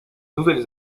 nouvelle